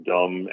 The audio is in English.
Dumb